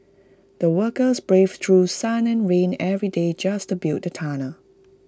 the workers braved through sun and rain every day just to build the tunnel